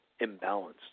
imbalanced